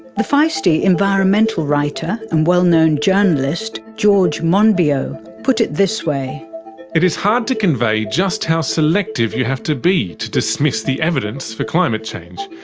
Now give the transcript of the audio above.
the feisty environmental writer and well known journalist george monbiot put it this way reading it is hard to convey just how selective you have to be to dismiss the evidence for climate change.